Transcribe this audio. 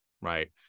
right